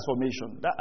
transformation